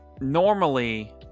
normally